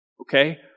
okay